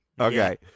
Okay